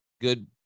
good